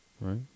right